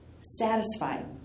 satisfied